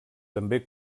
també